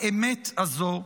האמת הזו,